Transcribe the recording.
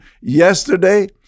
yesterday